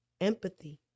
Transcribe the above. empathy